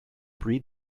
breed